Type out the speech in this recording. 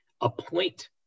appoint